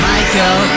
Michael